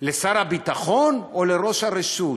לשר הביטחון או לראש הרשות?